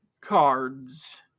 cards